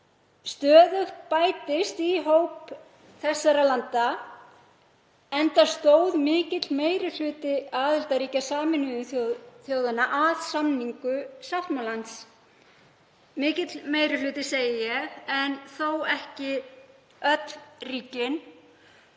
Stöðugt bætist í hóp þessara landa enda stóð mikill meiri hluti aðildarríkja Sameinuðu þjóðanna að samningu sáttmálans. Mikill meiri hluti segi ég en þó ekki öll ríkin.